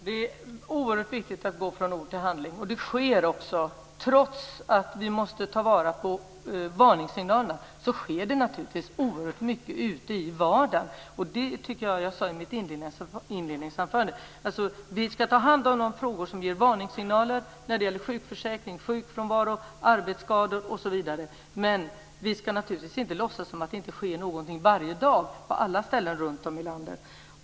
Herr talman! Det är oerhört viktigt att gå från ord till handling, och det sker också. Trots att vi måste lyssna på varningssignalerna sker det naturligtvis oerhört mycket ute i vardagen. Det tycker jag också att jag sade i mitt inledningsanförande. Vi ska ta hand om de frågor som ger varningssignaler när det gäller sjukförsäkring - sjukfrånvaro, arbetsskador osv. - men vi ska naturligtvis inte låtsas som om det inte sker någonting varje dag på alla ställen runtom i landet.